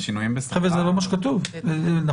אני